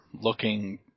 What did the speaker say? looking